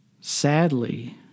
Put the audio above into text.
Sadly